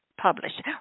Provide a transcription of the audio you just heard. published